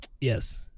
Yes